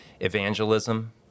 Evangelism